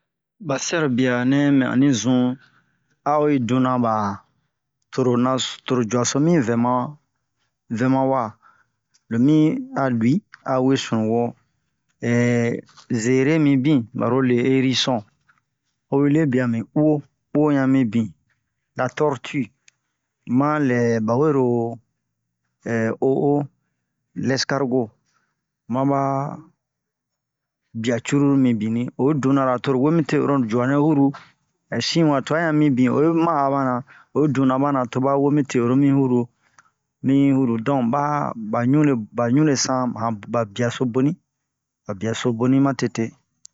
ba sɛrobia nɛ mɛn ani zun a'o yi duna ba toro nas toro jua so mi vɛ ma vɛma wa lo mi a lui a we sunuwo zere mibin baro le erison ho yi lebia mi uwo uwo yan mibin la torti ma lɛ ba wero o'o lɛskargo ma ba bia cruru mi bini oyi dunara toro wo mi te oro jua nɛ huru sinbua tu'a han mibin oyi ma'a bana o duna ba na to ba we mi te oro mi huru mi huru donk ba ba ɲure ba ɲure san ba biaso boni ba biaso boni ma tete